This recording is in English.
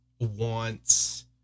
wants